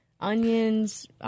onions